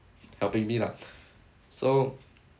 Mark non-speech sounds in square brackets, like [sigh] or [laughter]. helping me lah [noise] so